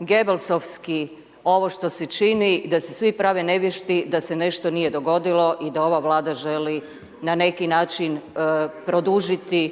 …/Govornik se ne razumije./… ovo što se čini i da se svi prave nevješti da se nešto nije dogodilo i da ova Vlada želi na neki način produžiti